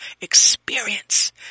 experience